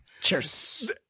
Cheers